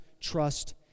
trust